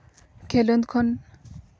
ᱠᱷᱮᱞᱳᱰ ᱠᱷᱚᱱ